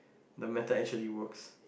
the method actually works